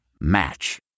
Match